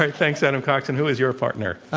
like thanks, adam cox. and who is your partner?